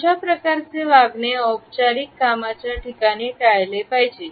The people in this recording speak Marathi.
अशा प्रकारचे वागणे औपचारिक कामाच्या ठिकाणी टाळले पाहिजे